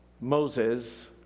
Moses